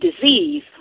disease